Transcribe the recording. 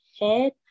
head